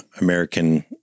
American